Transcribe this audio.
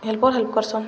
helper help କରୁଛନ୍ତି